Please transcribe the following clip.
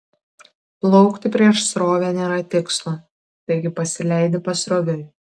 plaukti prieš srovę nėra tikslo taigi pasileidi pasroviui